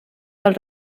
del